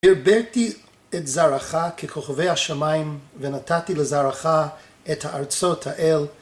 הרביתי את זרעך ככוכבי השמיים ונתתי לזרעך את ארצות האל